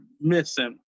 missing